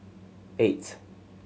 eight